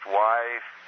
wife